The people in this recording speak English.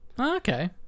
Okay